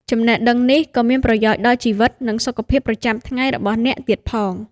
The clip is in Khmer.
ចំណេះដឹងនេះក៏មានប្រយោជន៍ដល់ជីវិត និងសុខភាពប្រចាំថ្ងៃរបស់អ្នកទៀតផង។